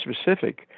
specific